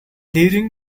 during